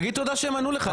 תגיד תודה שהם ענו לך.